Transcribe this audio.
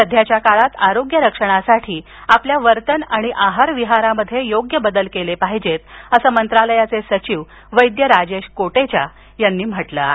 सध्याच्या काळात आरोग्य रक्षणासाठी आपल्या वर्तन आणि आहार विहारामध्ये योग्य बदल केले पाहिजेत असं मंत्रालयाचे सचिव वैद्य राजेश कोटेचा यांनी म्हटलं आहे